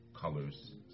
colors